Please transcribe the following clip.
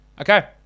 okay